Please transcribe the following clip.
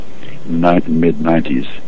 mid-90s